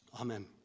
Amen